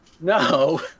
No